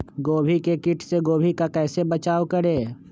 गोभी के किट से गोभी का कैसे बचाव करें?